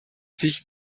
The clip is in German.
sich